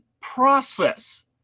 process